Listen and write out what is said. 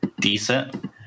decent